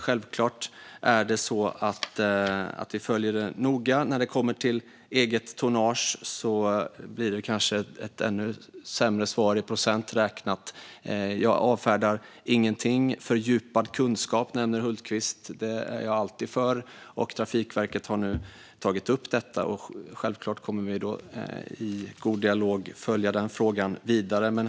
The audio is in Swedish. Självklart följer vi detta noga. När det kommer till eget tonnage blir det kanske ett ännu sämre svar i procent räknat. Jag avfärdar ingenting. Fördjupad kunskap, som Hultqvist nämner, är jag alltid för. Trafikverket har nu tagit upp detta. Självklart kommer vi i god dialog att följa frågan vidare.